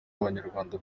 abanyarwanda